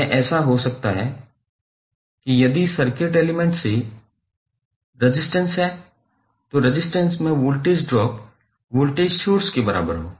यह ऐसा हो सकता है कि यदि सर्किट एलिमेंट में रेजिस्टेंस है तो रेजिस्टेंस में वोल्टेज ड्रॉप वोल्टेज सोर्स के बराबर हो